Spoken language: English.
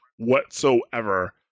Whatsoever